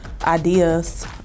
ideas